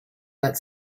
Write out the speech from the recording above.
but